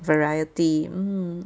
variety mm